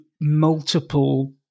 multiple